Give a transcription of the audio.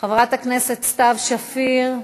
חברת הכנסת סתיו שפיר,